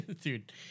dude